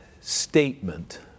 statement